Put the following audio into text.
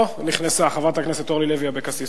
אוה, נכנסה חברת הכנסת אורלי לוי אבקסיס.